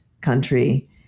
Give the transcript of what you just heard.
country